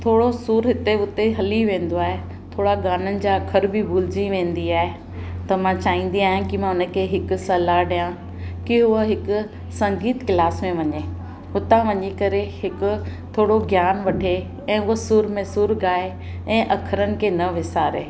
थोरो सुर हिते हुते हली वेंदो आहे थोरा गाननि जा अख़र बि भुलिजी वेंदी आहे त मां चाहींदी आहियां की मां उनखे हिकु सलाहु ॾिया की उहा हिकु संगीत क्लास में वञे हुतां वञी करे हिकु थोरो ज्ञान वठे ऐं हूअ सुर में सुर ॻाए ऐं अख़रनि खे न विसारे